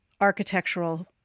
architectural